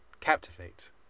Captivate